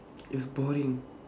it's boring